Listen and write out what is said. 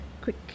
quick